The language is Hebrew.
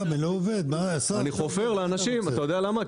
אני חופר לאנשים ואתה יודע למה?